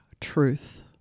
truth